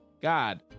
god